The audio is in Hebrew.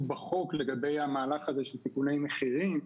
בחוק לגבי המהלך הזה של תיקוני המחירים.